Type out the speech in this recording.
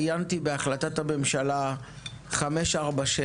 עיינתי בהחלטת הממשלה 546,